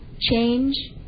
change